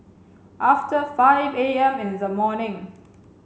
after five A M in the morning